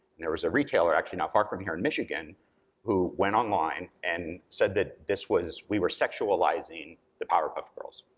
and there was a retailer actually not far from here in michigan who went online and said that this was, we were sexualizing the powerpuff girls.